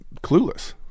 Clueless